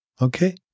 Okay